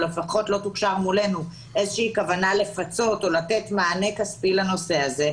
לפחות מולנו לא הובאה איזושהי כוונה לפצות או לתת מענה כספי לנושא הזה,